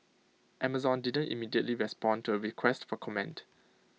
Amazon didn't immediately respond to A request for comment